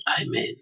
Amen